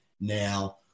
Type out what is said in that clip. Now